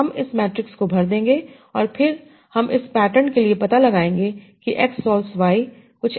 तो हम इस मैट्रिक्स को भर देंगे और फिर हम इस पैटर्न के लिए पता लगाएंगे जैसे कि X सोल्व्स Y